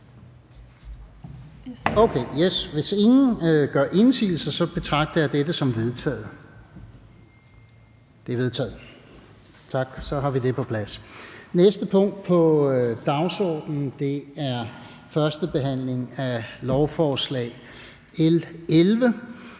Hvis ingen gør indsigelse, betragter jeg dette som vedtaget. Det er vedtaget. --- Det sidste punkt på dagsordenen er: 3) 1. behandling af lovforslag nr.